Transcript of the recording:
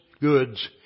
goods